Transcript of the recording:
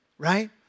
Right